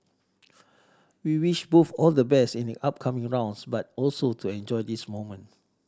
we wish both all the best in the upcoming rounds but also to enjoy this moment